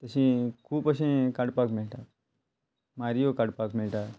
तशें खूब अशें काडपाक मेळटा मारयो काडपाक मेळटा